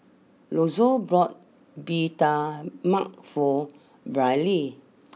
Lonzo bought Bee Tai Mak for Brylee